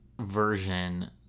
version